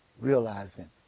realizing